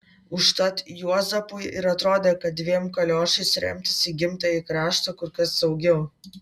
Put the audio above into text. užtat juozapui ir atrodė kad dviem kaliošais remtis į gimtąjį kraštą kur kas saugiau